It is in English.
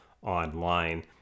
online